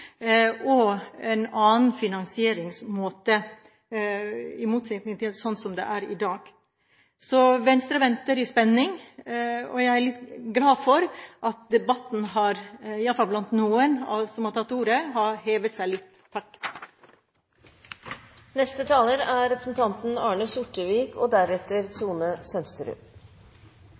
og en annen finansieringsmåte, i motsetning til sånn som det er i dag. Venstre venter i spenning, og jeg er glad for at debatten – iallfall blant noen som har tatt ordet – har hevet seg litt. Interpellantens tema er viktig, men ikke nytt. Jeg registrerer at hovedgrepene er konkurranseutsetting og